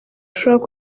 ushobora